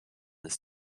this